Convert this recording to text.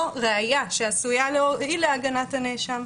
או ראיה שעשויה להועיל להגנת הנאשם.